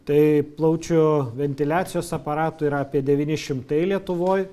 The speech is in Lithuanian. tai plaučių ventiliacijos aparatų yra apie devyni šimtai lietuvoj